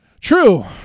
True